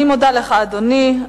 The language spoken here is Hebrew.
אני מודה לך, אדוני.